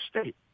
state